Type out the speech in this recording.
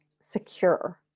secure